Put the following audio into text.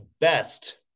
best